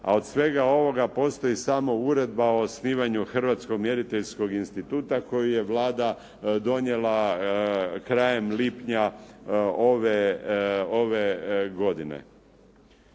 a od svega ovoga postoji samo uredba o osnivanju Hrvatskog mjeriteljskog instituta koju je Vlada donijela krajem lipnja ove godine.